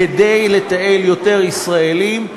כדי לתעל יותר ישראלים,